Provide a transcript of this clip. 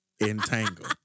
Entangle